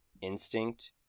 instinct